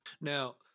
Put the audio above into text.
Now